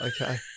okay